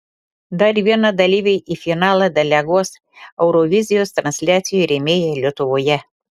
dar vieną dalyvį į finalą deleguos eurovizijos transliacijų rėmėjai lietuvoje